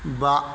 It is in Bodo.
बा